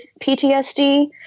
PTSD